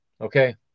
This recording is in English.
Okay